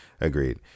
Agreed